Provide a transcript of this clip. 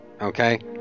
okay